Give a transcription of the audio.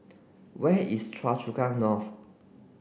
where is Choa Chu Kang North